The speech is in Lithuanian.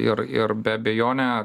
ir ir be abejone